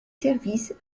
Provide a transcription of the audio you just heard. services